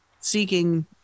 seeking